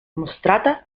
mostrata